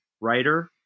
writer